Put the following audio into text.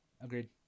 agreed